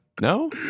No